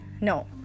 no